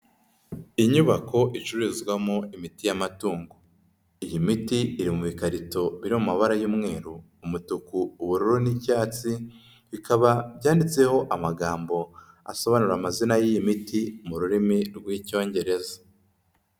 Inyubako icururizwamo imiti y'amatungo, iyi miti iri mu bikarito biri mu mabara y'umweru, umutuku, ubururu n'icyatsi, bikaba byanditseho amagambo asobanura amazina y'iyi miti mu rurimi rw'Icyongereza.